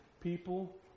people